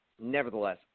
nevertheless